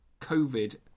COVID